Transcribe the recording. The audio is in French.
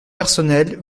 personnels